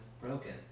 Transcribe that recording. broken